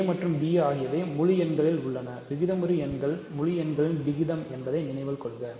a மற்றும் b ஆகியவை முழு எண்ணில் உள்ளன விகிதமுறு எண்கள் முழு எண்களின் விகிதங்கள் என்பதை நினைவில் கொள்க